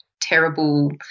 terrible